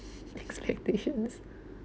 expectations